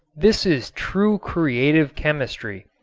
this is true creative chemistry,